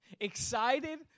excited